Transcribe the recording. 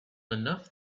enough